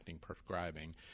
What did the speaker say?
prescribing